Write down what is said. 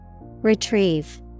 Retrieve